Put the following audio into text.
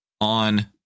on